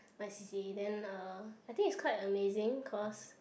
my c_c_a then uh I think it's quite amazing cause